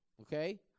okay